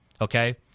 Okay